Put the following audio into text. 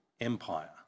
Empire